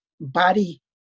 body